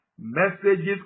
Messages